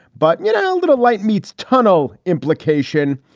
but, you know, a little light meets tonneau implication.